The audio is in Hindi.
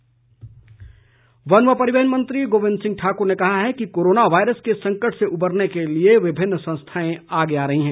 गोविंद ठाक्र वन व परिवहन मंत्री गोविंद ठाकुर ने कहा है कि कोरोना वायरस के संकट से उभरने के लिए विभिन्न संस्थाएं आगे आ रहीं हैं